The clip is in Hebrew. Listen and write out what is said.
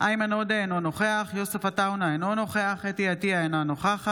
איימן עודה, אינו נוכח יוסף עטאונה, אינו נוכח